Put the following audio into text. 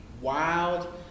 wild